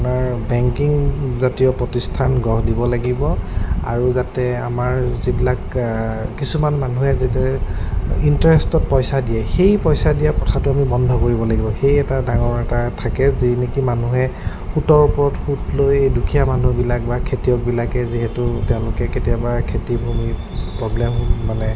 আপোনাৰ বেংকিং জাতীয় প্ৰতিষ্ঠান গঢ় দিব লাগিব আৰু যাতে আমাৰ যিবিলাক কিছুমান মানুহে যাতে ইণ্টাৰেষ্টত পইচা দিয়ে সেই পইচা দিয়া প্ৰথাটো আমি বন্ধ কৰিব লাগিব সেই এটা ডাঙৰ এটা থাকে যি নেকি মানুহে সুতৰ ওপৰত সুত লৈ দুখীয়া মানুহবিলাক বা খেতিয়কবিলাকে যিহেতু তেওঁলোকে কেতিয়াবা খেতিভূমি প্ৰব্লেম মানে